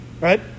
Right